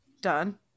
done